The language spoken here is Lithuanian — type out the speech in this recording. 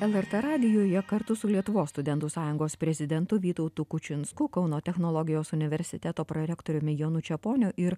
lrt radijuje kartu su lietuvos studentų sąjungos prezidentu vytautu kučinsku kauno technologijos universiteto prorektoriumi jonu čeponiu ir